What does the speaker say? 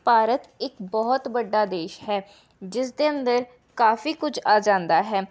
ਭਾਰਤ ਇੱਕ ਬਹੁਤ ਵੱਡਾ ਦੇਸ਼ ਹੈ ਜਿਸ ਦੇ ਅੰਦਰ ਕਾਫੀ ਕੁਝ ਆ ਜਾਂਦਾ ਹੈ